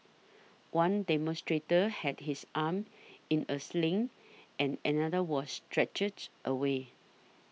one demonstrator had his arm in a sling and another was stretchered away